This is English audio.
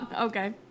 Okay